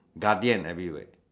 Guardian everywhere